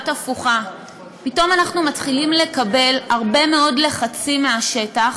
הפוכה: פתאום אנחנו מתחילים לקבל הרבה מאוד לחצים מהשטח